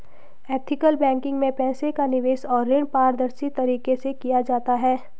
ethical banking में पैसे का निवेश और ऋण पारदर्शी तरीके से किया जाता है